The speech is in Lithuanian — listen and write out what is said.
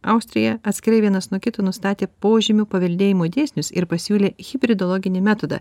austrijoje atskirai vienas nuo kito nustatė požymių paveldėjimo dėsnius ir pasiūlė hibridologinį metodą